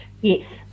Yes